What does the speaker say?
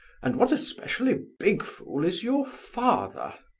and what a specially big fool is your father!